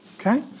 Okay